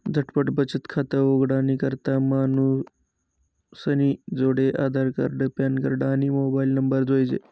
झटपट बचत खातं उघाडानी करता मानूसनी जोडे आधारकार्ड, पॅनकार्ड, आणि मोबाईल नंबर जोइजे